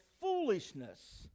foolishness